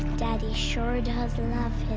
daddy sure does love